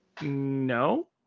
No